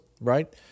right